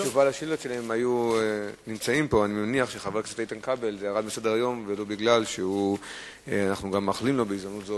רצוני לשאול: 1. מה היא עמדת משרדך בנושא?